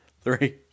three